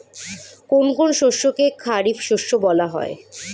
কোন কোন শস্যকে খারিফ শস্য বলা হয়?